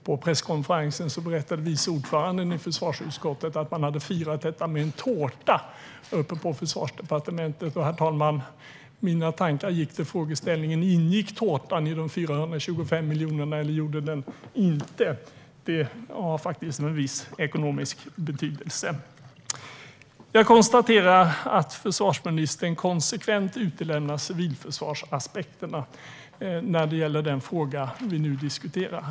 På presskonferensen berättade vice ordföranden i försvarsutskottet att man hade firat detta med en tårta på Försvarsdepartementet. Mina tankar gick till frågeställningen: Ingick tårtan i de 425 miljonerna? Det har faktiskt en viss ekonomisk betydelse. Jag konstaterar att försvarsministern konsekvent utelämnar civilförsvarsaspekterna i den fråga vi nu diskuterar.